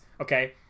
Okay